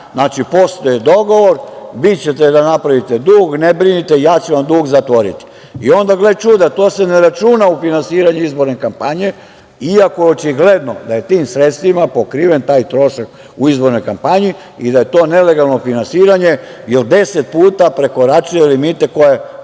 Znači, postoji dogovor, vi ćete da napravite dug, ne brinite, ja ću vam dug zatvoriti. Onda, gle čuda, to se ne računa u finansiranje izborne kampanje, iako je očigledno da je tim sredstvima pokriven trošak u izbornoj kampanji i da je to nelegalno finansiranje, jer 10 puta prekoračuje limite koja